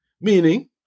Meaning